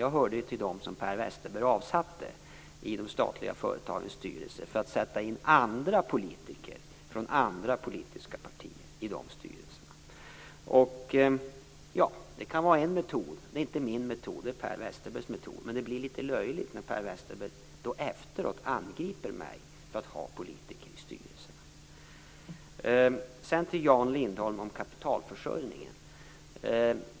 Jag hörde till dem som Per Westerberg avsatte i de statliga företagens styrelser för att sätta in andra politiker från andra politiska partier i dessa styrelser. Det kan vara en metod. Det är inte min metod. Det är Per Westerbergs metod. Men det blir litet löjligt när Per Westerberg då efteråt angriper mig för att ha politiker i styrelserna. Sedan några ord till Jan Lindholm om kapitalförsörjningen.